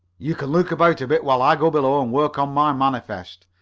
you can look about a bit while i go below and work on my manifest.